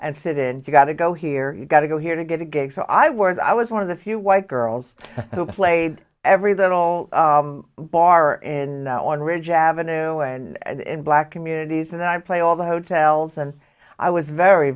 and fit in you gotta go here you gotta go here to get a gig so i was i was one of the few white girls who played every little bar in on ridge avenue and black communities and i play all the hotels and i was very